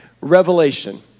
Revelation